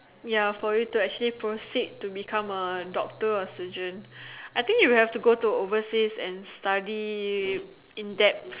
ya for you to actually proceed to become a doctor or surgeon I think you have to actually go overseas and study in depth